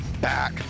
back